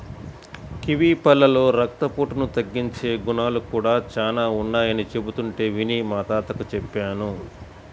kiwi పళ్ళలో రక్తపోటును తగ్గించే గుణాలు కూడా చానా ఉన్నయ్యని చెబుతుంటే విని మా తాతకి చెప్పాను